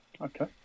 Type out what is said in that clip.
Okay